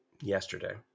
yesterday